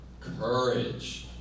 courage